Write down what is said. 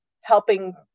helping